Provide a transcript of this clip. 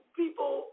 people